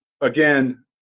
again